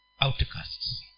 Outcasts